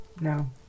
No